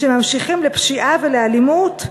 שממשיכים לפשיעה ולאלימות,